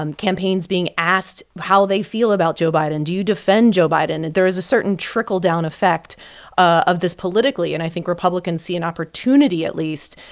um campaigns being asked how they feel about joe biden. do you defend joe biden? and there is a certain trickle-down effect of this politically, and i think republicans see an opportunity, at least,